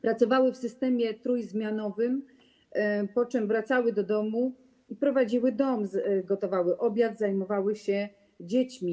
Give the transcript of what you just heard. Pracowały w systemie trójzmianowym, po czym wracały i prowadziły dom - gotowały obiad, zajmowały się dziećmi.